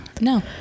no